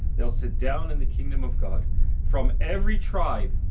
they'll sit down in the kingdom of god from every tribe,